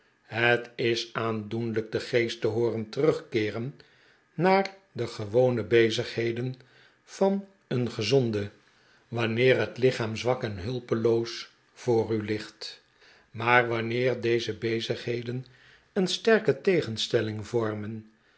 het is aandoenlijk den geest te hooren terugkeeren naar de gewone bezigheden van een gezonde wanneer het lichaam zwak en hulpeloos voor u ligt maar wanneer deze bezigheden een sterke tegenstelling vormen